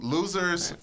Losers